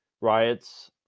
riots